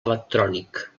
electrònic